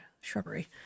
shrubbery